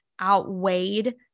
outweighed